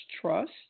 trust